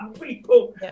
people